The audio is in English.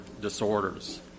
disorders